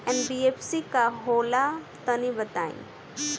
NBFC का होला तनि बताई?